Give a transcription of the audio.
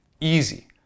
Easy